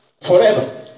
forever